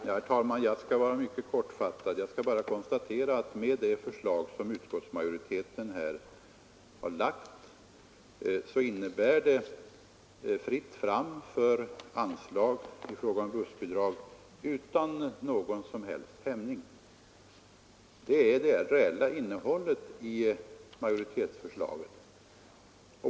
Herr talman! Jag skall vara mycket kortfattad. Jag konstaterar bara att det förslag som utskottsmajoriteten har lagt innebär fritt fram för anslag i fråga om bussbidrag utan någon som helst hämning. Det är det reella innehållet i majoritetsförslaget.